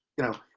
you know,